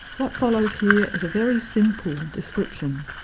what follows here is a very simple description.